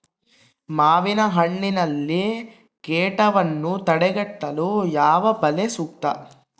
ಮಾವಿನಹಣ್ಣಿನಲ್ಲಿ ಕೇಟವನ್ನು ತಡೆಗಟ್ಟಲು ಯಾವ ಬಲೆ ಸೂಕ್ತ?